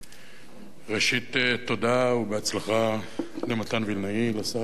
ראשית, תודה ובהצלחה למתן וילנאי, לשר לשעבר,